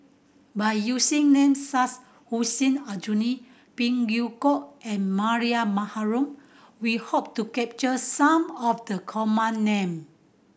by using names Hussein Aljunied Phey Yew Kok and Mariam Baharom we hope to capture some of the common name